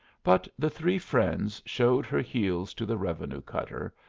but the three friends showed her heels to the revenue cutter,